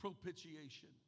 propitiation